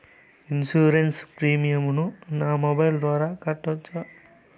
Insurance premium ను నా mobile ద్వారా కట్టొచ్చా?